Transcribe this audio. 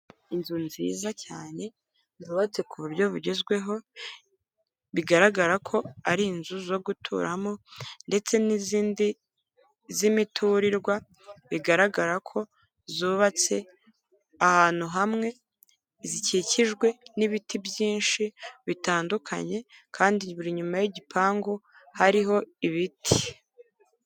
Inzu nziza cyane zubatse ku buryo bugezweho, bigaragara ko ari inzu zo guturamo, ndetse n'izindi z'imiturirwa bigaragara ko zubatse ahantu hamwe zikikijwe n'ibiti byinshi bitandukanye kandi buri inyuma y'igipangu hariho ibiti.